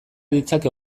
ditzake